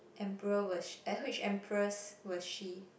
emperor was sh~ which empress was she